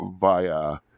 via